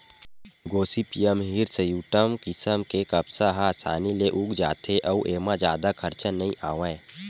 Gossypium हिरस्यूटॅम किसम के कपसा ह असानी ले उग जाथे अउ एमा जादा खरचा नइ आवय